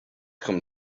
come